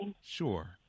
Sure